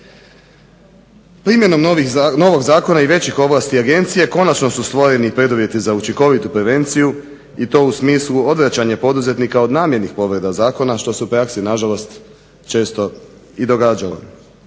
Primjenom novog Zakona i većih ovlasti Agencije konačno su stvoreni preduvjeti za učinkovitu prevenciju i to u smislu odvraćanja poduzetnika od namjernih povreda Zakona što se u praksi na žalost često i događalo.